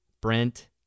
Brent